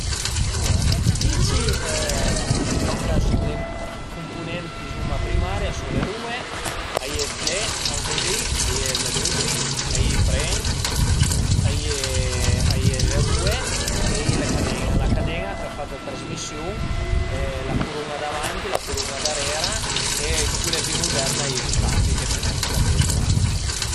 Alura d'üna bici, lon ch'a sun i cumpunent dizuma primari a sun le rue, a ie ël tlé anche li, a ie ël manübri, a ie i fren, a ie le rue e a ie la caden-a ch'a fa da trasmisiun, la curuna davanti, la curuna darera e ën cule pi muderne a ie ël cambi che pöle anche cambié le marce